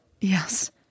Yes